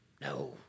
No